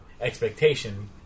expectation